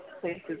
places